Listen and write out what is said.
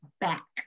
back